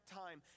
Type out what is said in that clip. time